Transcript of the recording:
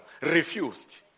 refused